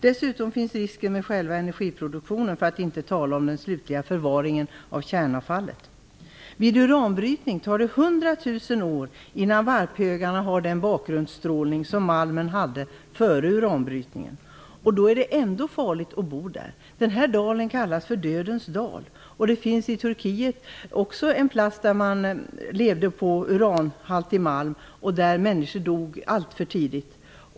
Sedan har vi också risken med själva energiproduktionen - för att inte tala om den slutliga förvaringen av kärnavfallet! Vid uranbrytning tar det 100 000 år innan varphögarna har den bakgrundsstrålning som malmen hade före uranbrytningen. Det är ändå farligt att bo där. Dalen kallas för Dödens dal. I Turkiet finns det också en plats där man levt på uranhaltig malm och där människor dött alltför tidigt.